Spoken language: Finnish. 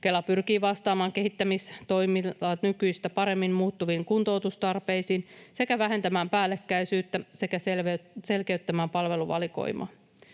Kela pyrkii vastaamaan kehittämistoimillaan nykyistä paremmin muuttuviin kuntoutustarpeisiin sekä vähentämään päällekkäisyyttä sekä selkeyttämään palveluvalikoimaa.